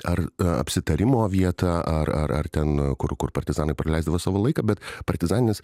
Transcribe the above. ar apsitarimo vietą ar ar ar ten kur kur partizanai praleisdavo savo laiką bet partizaninis